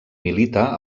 milita